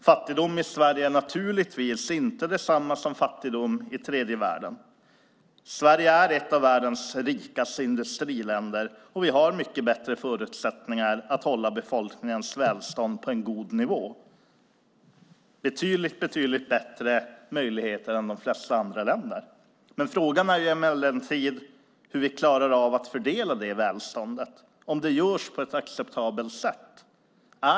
Fattigdom i Sverige är naturligtvis inte detsamma som fattigdom i tredje världen. Sverige är ett av världens rikaste industriländer, och vi har mycket bättre förutsättningar att hålla befolkningens välstånd på en god nivå. Vi har betydligt bättre möjligheter än de flesta andra länder. Men frågan är emellertid hur vi klarar av att fördela det välståndet och om det görs på ett acceptabelt sätt.